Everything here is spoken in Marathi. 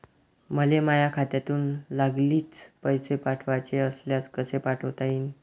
मले माह्या खात्यातून लागलीच पैसे पाठवाचे असल्यास कसे पाठोता यीन?